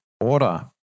order